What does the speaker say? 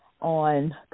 on